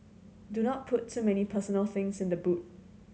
do not put too many personal things in the boot